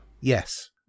yes